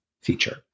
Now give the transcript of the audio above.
feature